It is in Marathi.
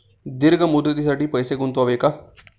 दीर्घ मुदतीसाठी पैसे गुंतवावे का?